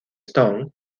stone